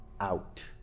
out